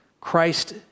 Christ